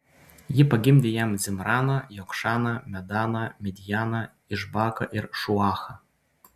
ji pagimdė jam zimraną jokšaną medaną midjaną išbaką ir šuachą